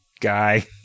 guy